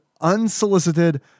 unsolicited